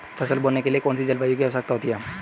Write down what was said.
फसल बोने के लिए कौन सी जलवायु की आवश्यकता होती है?